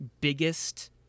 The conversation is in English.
biggest